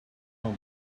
come